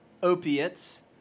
Opiates